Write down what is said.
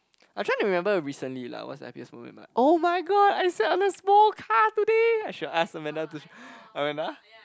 I trying to remember recently lah what's the happiest moment in my [oh]-my-god I sat on a small car today I should ask Amanda to Amanda